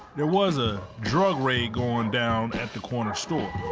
there was a drug raid going down at the corner store.